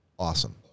Awesome